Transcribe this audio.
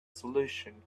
solution